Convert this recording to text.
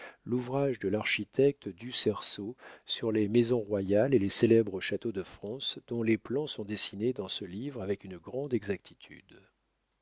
l'ouvrage de l'architecte ducerceau sur les maisons royales et les célèbres châteaux de france dont les plans sont dessinés dans ce livre avec une grande exactitude